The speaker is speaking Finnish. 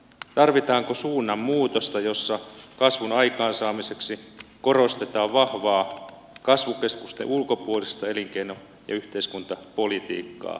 tarvitaanko suunnanmuutosta jossa kasvun aikaansaamiseksi korostetaan vahvaa kasvukeskusten ulkopuolista elinkeino ja yhteiskuntapolitiikkaa